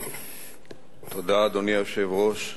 אדוני היושב-ראש,